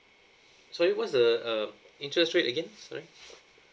sorry what's the um interest rate again sorry